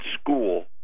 school